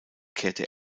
kehrte